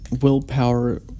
willpower